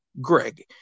Greg